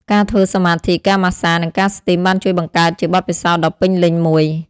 ការធ្វើសមាធិ ការម៉ាស្សា និងការស្ទីមបានជួយបង្កើតជាបទពិសោធន៍ដ៏ពេញលេញមួយ។